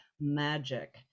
magic